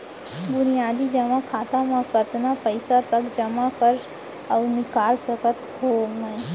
बुनियादी जेमा खाता म कतना पइसा तक जेमा कर अऊ निकाल सकत हो मैं?